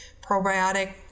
probiotic